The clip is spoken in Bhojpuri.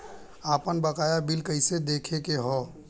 आपन बकाया बिल कइसे देखे के हौ?